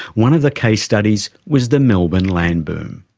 one of the case studies was the melbourne land boom.